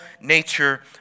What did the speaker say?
nature